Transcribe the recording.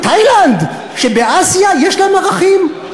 בתאילנד שבאסיה יש להם ערכים.